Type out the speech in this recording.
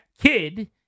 kid